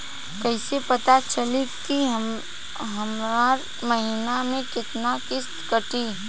कईसे पता चली की हमार महीना में कितना किस्त कटी?